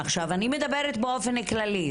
עכשיו אני מדברת באופן כללי,